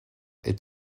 est